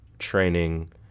training